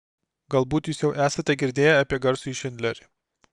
galbūt jūs jau esate girdėję apie garsųjį šindlerį